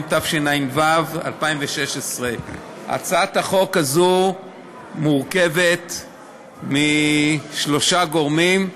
התשע"ו 2016. הצעת החוק הזו מורכבת משלושה גורמים: